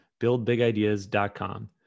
buildbigideas.com